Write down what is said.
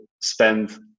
spend